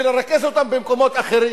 ולרכז אותם במקומות אחרים.